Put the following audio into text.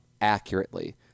accurately